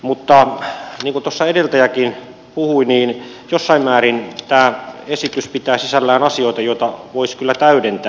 mutta niin kuin tuossa edeltäjäkin puhui niin jossain määrin tämä esitys pitää sisällään asioita joita voisi kyllä täydentää